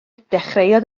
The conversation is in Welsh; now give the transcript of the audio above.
dechreuodd